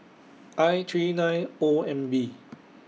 I three nine O M B